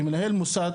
מנהל מוסד,